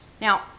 Now